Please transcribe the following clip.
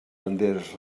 banderes